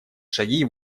шаги